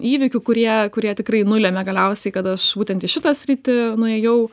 įvykių kurie kurie tikrai nulemia galiausiai kad aš būtent į šitą sritį nuėjau